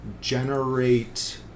generate